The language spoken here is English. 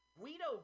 Guido